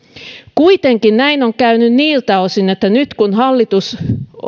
kuitenkin näin on käynyt niiltä osin että nyt kun hallitus